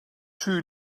too